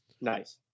Nice